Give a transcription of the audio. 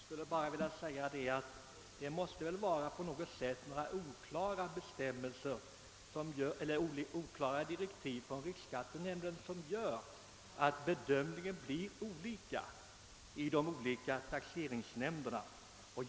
Herr talman! Jag vill bara konstatera att det väl måste vara på något sätt oklara rekommendationer från riksskattenämnden som gör att bedömningarna blir olika i de skilda taxeringsnämnderna.